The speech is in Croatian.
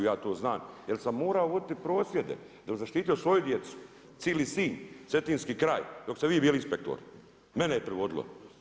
Ja to znam jer sam morao voditi prosvjede da bih zaštitio svoju djecu, cili Sinj, Cetinski kraj dok ste vi bili inspektor, mene je privodilo.